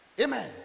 Amen